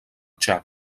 txad